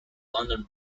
london